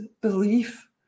belief